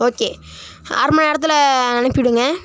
okay அரை மணி நேரத்தில் அனுப்பிவிடுங்க